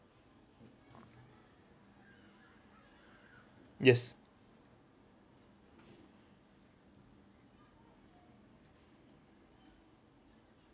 yes